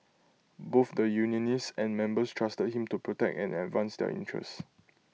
both the unionists and members trusted him to protect and advance their interests